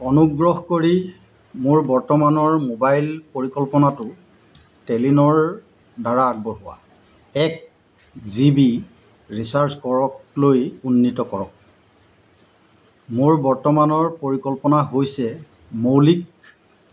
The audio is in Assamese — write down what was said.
অনুগ্ৰহ কৰি মোৰ বৰ্তমানৰ মোবাইল পৰিকল্পনাটো টেলিনৰ দ্বাৰা আগবঢ়োৱা এক জিবি ৰিচাৰ্জ কৰকলৈ উন্নীত কৰক মোৰ বৰ্তমানৰ পৰিকল্পনা হৈছে মৌলিক